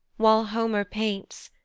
while homer paints,